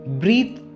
breathe